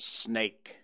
snake